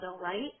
Right